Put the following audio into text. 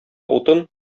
утын